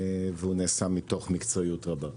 הוא נעשה מתוך מקצועיות רבה.